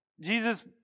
Jesus